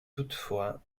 toutefois